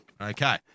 Okay